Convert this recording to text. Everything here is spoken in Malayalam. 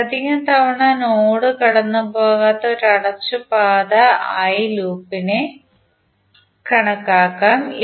ഒന്നിലധികം തവണ നോഡ് കടന്നു പോകാത്ത ഒരു അടച്ച പാത ആയി ലൂപ്പിനെ കണക്കാക്കാം